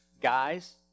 guys